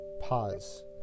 Pause